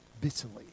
bitterly